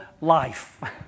life